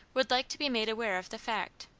would like to be made aware of the fact,